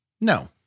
No